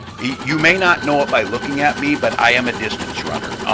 you may not know it by looking at me, but i am a distance runner,